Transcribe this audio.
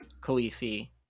Khaleesi